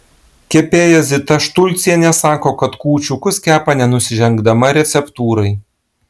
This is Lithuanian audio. kepėja zita štulcienė sako kad kūčiukus kepa nenusižengdama receptūrai